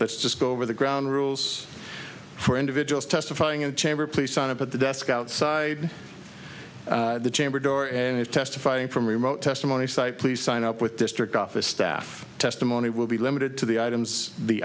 go over the ground rules for individuals testifying in the chamber please sign up at the desk outside the chamber door and is testifying from remote testimony site please sign up with district office staff testimony will be limited to the items the